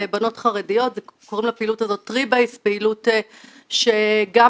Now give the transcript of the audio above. ואני גם אומר, יש לכם